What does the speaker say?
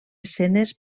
escenes